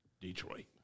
Detroit